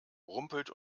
rumpelt